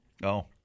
No